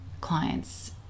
clients